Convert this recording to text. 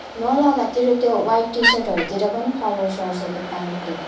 नलगा तेरो त्यो व्हाइट टि सर्टहरूतिर पनि कलर सर्छ त्यो पेन्टले